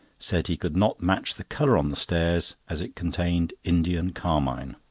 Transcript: said he could not match the colour on the stairs, as it contained indian carmine.